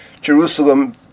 Jerusalem